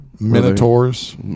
Minotaurs